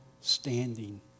standing